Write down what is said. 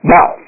Now